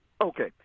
Okay